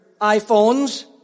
iPhones